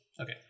Okay